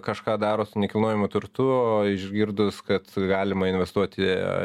kažką daro su nekilnojamu turtu išgirdus kad galima investuoti